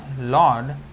Lord